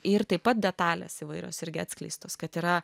ir taip pat detalės įvairios irgi atskleistos kad yra